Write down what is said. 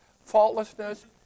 faultlessness